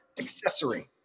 accessory